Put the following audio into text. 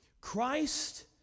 Christ